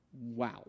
Wow